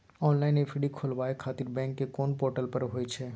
Online FD खोलाबय खातिर bank के कोन पोर्टल पर होए छै?